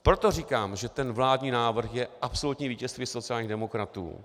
Proto říkám, že ten vládní návrh je absolutní vítězství sociálních demokratů.